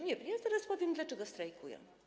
Nie, zaraz powiem, dlaczego strajkują.